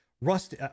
rust